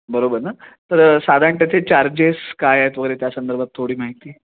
बरोबर ना तर साधारण त्याचे तेथे चार्जेस काय आहेत वगैरे त्या संदर्भात थोडी माहिती